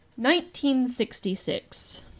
1966